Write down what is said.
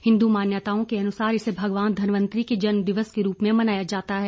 हिन्दू मान्यताओं के अनुसार इसे भगवान धनवंतरी के जन्मदिवस के रूप में भी मनाया जाता है